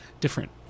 Different